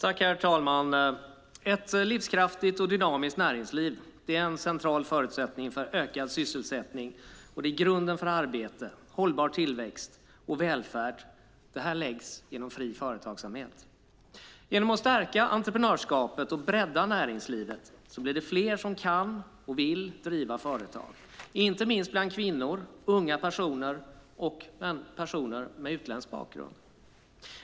Herr talman! Ett livskraftigt och dynamiskt näringsliv är en central förutsättning för ökad sysselsättning. Det är grunden för arbete, hållbar tillväxt och välfärd. Det här läggs inom fri företagsamhet. Genom att stärka entreprenörskapet och bredda näringslivet blir det fler som kan och vill driva företag, inte minst bland kvinnor, unga personer och personer med utländsk bakgrund.